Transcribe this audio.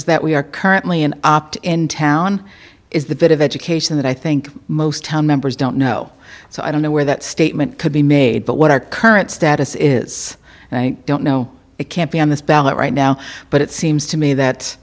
is that we are currently an opt in town is the bit of education that i think most members don't know so i don't know where that statement could be made but what our current status is and i don't know it can't be on this ballot right now but it seems to me that